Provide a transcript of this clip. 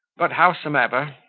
but howsomever,